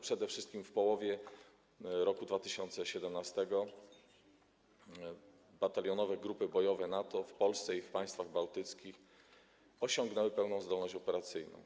Przede wszystkim w połowie roku 2017 batalionowe grupy bojowe NATO w Polsce i w państwach bałtyckich osiągnęły pełną zdolność operacyjną.